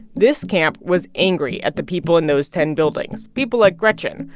this camp was angry at the people in those ten buildings people like gretchen,